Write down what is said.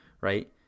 right